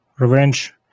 revenge